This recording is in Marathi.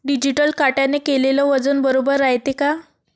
डिजिटल काट्याने केलेल वजन बरोबर रायते का?